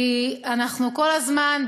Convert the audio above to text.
כי אנחנו כל הזמן,